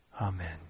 Amen